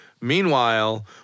Meanwhile